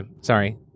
sorry